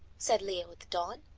said leo at the dawn,